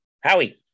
Howie